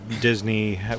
Disney